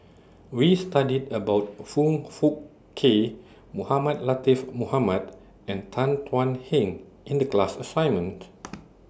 We studied about Foong Fook Kay Mohamed Latiff Mohamed and Tan Thuan Heng in The class assignment